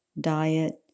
diet